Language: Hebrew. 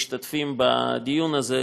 משתתפים בדיון הזה,